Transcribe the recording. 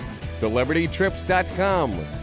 CelebrityTrips.com